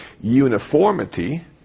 uniformity